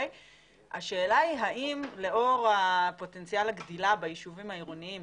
השאלה היא האם לאור פוטנציאל הגדילה בישובים העירוניים,